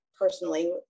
Personally